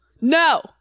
no